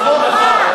זה חוק רע.